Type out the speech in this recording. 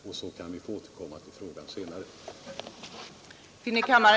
Sedan kan vi återkomma till frågan vid ett senare tillfälle.